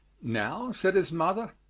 now, said his mother,